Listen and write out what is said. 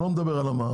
אני לא מדבר על מע"מ,